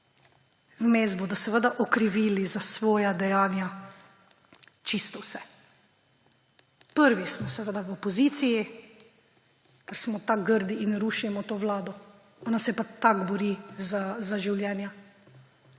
vmes bodo seveda okrivili za svoja dejanja čisto vse. Prvi smo seveda v opoziciji, ker smo tako grdi in rušimo to vlado, ona se pa tako bori za življenja.